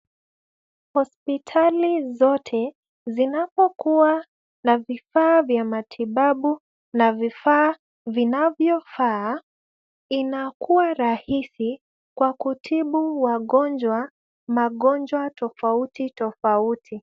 Hospitali zote zinapokuwa na vifaa vya matibabu na vifaaa vinavyofaa, inakuwa rahisi kwa kutibu wagonjwa magonjwa tofauti tofauti.